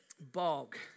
bog